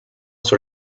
sur